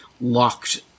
locked